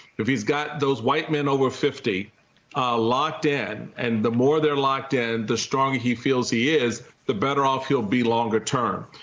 if he's got those white men over fifty locked in, and the more they're locked in, the stronger he feels he is, the better off he'll be longer term.